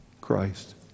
Christ